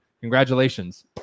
Congratulations